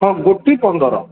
ହଁ ଗୋଟି ପନ୍ଦର